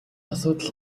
асуудал